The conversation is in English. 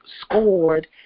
scored